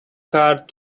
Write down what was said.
card